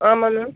ஆமாம் மேம்